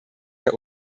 der